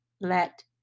let